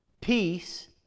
peace